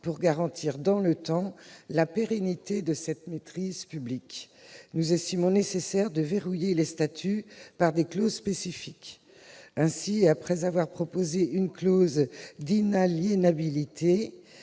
pour garantir dans le temps la pérennité de cette maîtrise publique. Nous considérons nécessaire de verrouiller les statuts par des clauses spécifiques. Ainsi, après avoir proposé une clause d'inaliénabilité,